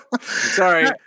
sorry